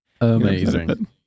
Amazing